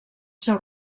seu